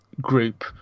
group